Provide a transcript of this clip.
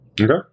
Okay